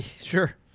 Sure